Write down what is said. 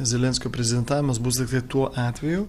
zelenskio prezidentavimas bus tiktai tuo atveju